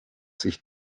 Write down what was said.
sich